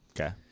Okay